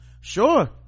sure